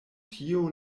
tio